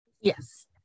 yes